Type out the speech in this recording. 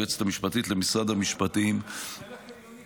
היועצת המשפטית למשרד המשפטים ולצוותים